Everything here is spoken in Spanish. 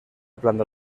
planta